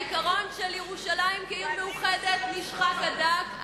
העיקרון של ירושלים כעיר מאוחדת נשחק עד דק,